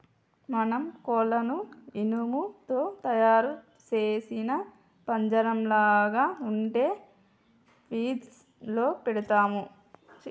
మనం కోళ్లను ఇనుము తో తయారు సేసిన పంజరంలాగ ఉండే ఫీన్స్ లో పెడతాము